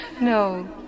no